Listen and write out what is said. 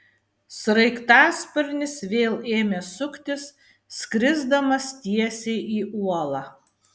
sraigtasparnis vėl ėmė suktis skrisdamas tiesiai į uolą